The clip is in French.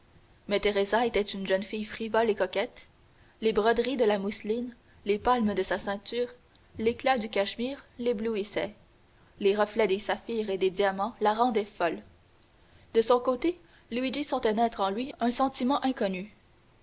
mais teresa était une jeune fille frivole et coquette les broderies de la mousseline les palmes de la ceinture l'éclat du cachemire l'éblouissaient le reflet des saphirs et des diamants la rendaient folle de son côté luigi sentait naître en lui un sentiment inconnu